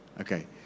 Okay